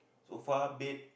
sofa bed